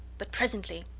but presently.